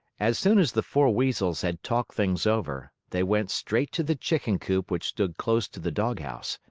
as soon as the four weasels had talked things over, they went straight to the chicken coop which stood close to the doghouse.